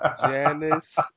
Janice